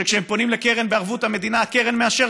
שכשהם פונים לקרן בערבות המדינה הקרן מאשרת